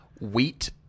wheat